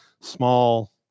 small